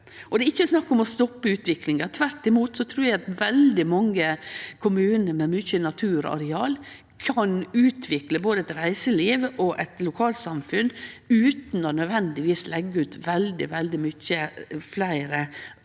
Det er ikkje snakk om å stoppe utviklinga. Tvert imot trur eg veldig mange kommunar med mykje naturareal kan utvikle både eit reiseliv og eit lokalsamfunn utan nødvendigvis å leggje ut veldig mange fleire